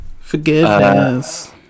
Forgiveness